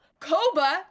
Coba